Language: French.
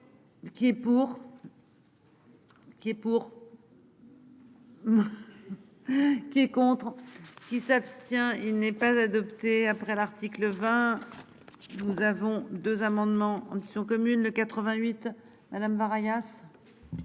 Qui est pour. Qui est pour. Qui est contre qui s'abstient. Il n'est pas adopté après l'article 20. Nous avons 2 amendements en discussion commune le 88 Madame Breillat.